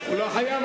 הוא לא חייב.